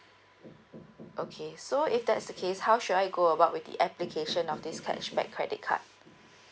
okay so if that's the case how should I go about with the application of this cashback credit card